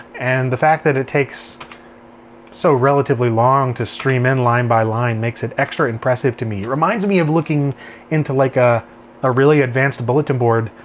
and the fact that it takes so relatively long to stream in line by line makes it extra impressive to me. it reminds me of looking into like ah a really advanced bulletin board.